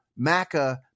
maca